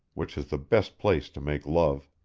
which is the best place to make love.